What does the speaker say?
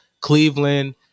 Cleveland